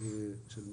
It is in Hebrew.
היום